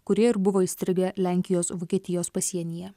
kurie ir buvo įstrigę lenkijos vokietijos pasienyje